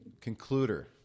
concluder